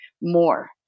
more